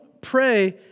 pray